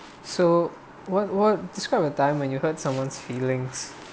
so what what describe a time when you hurt someone's feelings